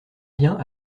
bien